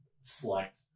select